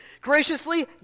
graciously